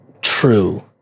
true